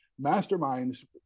masterminds